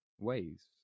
ways